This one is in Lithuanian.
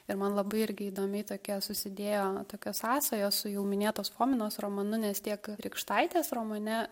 ir man labai irgi įdomi tokia susidėjo tokios sąsajos su jau minėtos fominos romanu nes tiek rykštaitės romane